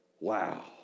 Wow